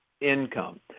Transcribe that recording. income